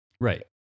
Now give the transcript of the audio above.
right